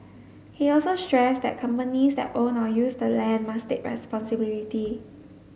he also stressed that companies that own or use the land must take responsibility